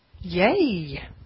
Yay